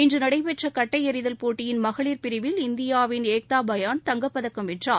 இன்றுநடைபெற்றகட்டைஎறிதல் போட்டியின் மகளிர் பிரிவில் இந்தியாவின் ஏக்தாபயான் தங்கப்பதக்கம் வென்றார்